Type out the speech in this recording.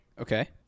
Okay